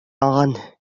عنه